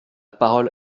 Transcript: parole